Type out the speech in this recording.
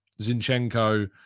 Zinchenko